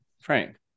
frank